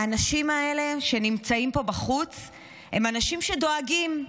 האנשים האלה שנמצאים פה בחוץ הם אנשים שדואגים,